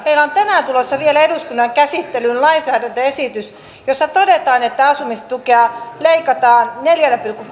meillä on tänään tulossa vielä eduskunnan käsittelyyn lainsäädäntöesitys jossa todetaan että asumistukea leikataan neljällä pilkku